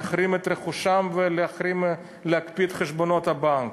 להחרים את רכושם ולהקפיא את חשבונות הבנק.